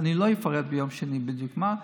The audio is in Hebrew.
אני לא אפרט ביום שני בדיוק מה,